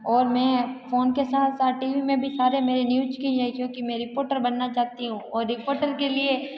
और मैं फोन के साथ साथ टी वी में भी सारे मेरे न्यूज की हैं क्योंकि मैं रिपोर्टर बनना चाहती हूँ और रिपोर्टर के लिए